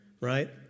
Right